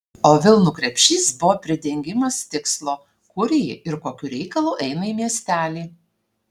o vilnų krepšys buvo pridengimas tikslo kur ji ir kokiu reikalu eina į miestelį